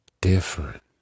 different